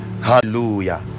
hallelujah